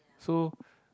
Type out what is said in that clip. so